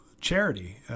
charity